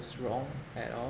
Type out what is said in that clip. wrong at all